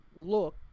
look